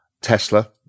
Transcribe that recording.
Tesla